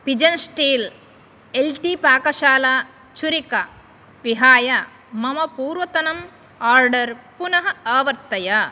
pigeon steel L T पाकशाला छुरिका विहाय मम पूर्वतनम् आर्डर् पुनः आवर्तय